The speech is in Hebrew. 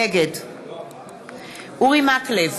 נגד אורי מקלב,